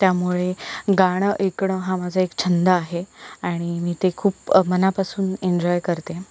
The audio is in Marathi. त्यामुळे गाणं ऐकणं हा माझा एक छंद आहे आणि मी ते खूप मनापासून एन्जॉय करते